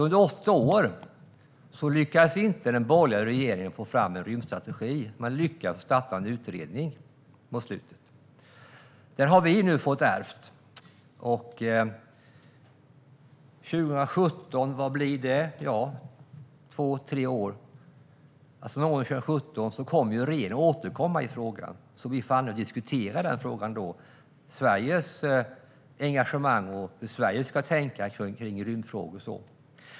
Under åtta år lyckades inte den borgerliga regeringen få fram en rymdstrategi. Man lyckades bara starta en utredning mot slutet. Den har vi nu fått ärva. Någon gång under 2017 - det kommer då att ha gått två tre år - återkommer regeringen i frågan. Vi får då anledning att diskutera Sveriges engagemang och hur Sverige ska tänka kring rymdfrågor.